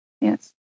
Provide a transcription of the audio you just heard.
yes